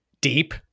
deep